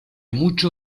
mucho